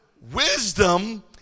wisdom